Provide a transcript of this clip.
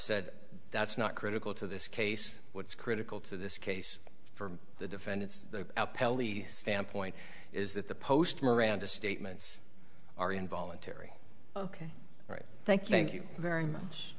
said that's not critical to this case what's critical to this case for the defendants pelly standpoint is that the post miranda statements are involuntary ok right thank you thank you very much